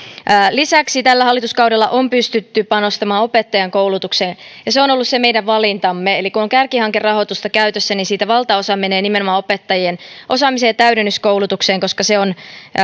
lisäksi tällä hallituskaudella on pystytty panostamaan opettajankoulutukseen ja se on ollut se meidän valintamme eli kun on kärkihankerahoitusta käytössä niin siitä valtaosa menee nimenomaan opettajien osaamiseen ja täydennyskoulutukseen koska se on